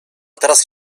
teraz